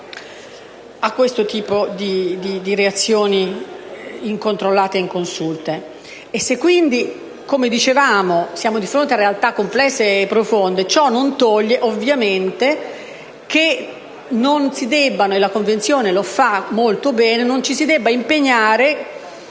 a questo tipo di reazioni incontrollate e inconsulte. Se quindi - come dicevamo - siamo di fronte a realtà complesse e profonde, ciò non toglie, ovviamente, che ci si debba impegnare - e la Convenzione lo fa molto bene - per adottare